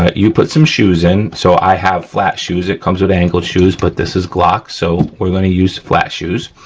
you put some shoes in, so i have flat shoes, it comes with angled shoes but this is glock so we're gonna use flat shoes.